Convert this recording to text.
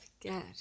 forget